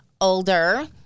older